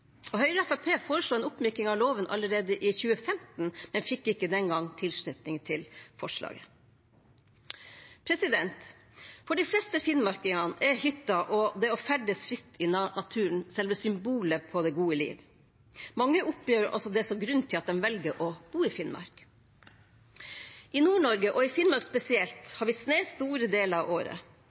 Stortinget. Høyre og Fremskrittspartiet foreslo en oppmyking av loven allerede i 2015, men fikk ikke den gang tilslutning til forslaget. For de fleste finnmarkinger er hytta og det å ferdes fritt i naturen selve symbolet på det gode liv. Mange oppgir det som grunnen til at de velger å bo i Finnmark. I Nord-Norge, og i Finnmark spesielt, har vi snø store deler av året.